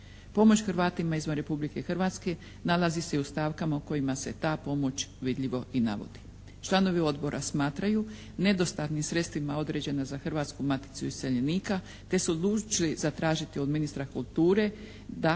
Pomoć Hrvatima izvan Republike Hrvatske nalazi se u stavkama u kojima se ta pomoć vidljivo i navodi. Članovi odbora smatraju nedostatnim sredstvima određenim za Hrvaticu maticu useljenika te su odlučili zatražiti od ministra kulture da